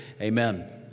amen